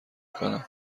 کنم